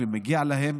ומגיע להם.